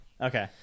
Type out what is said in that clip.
okay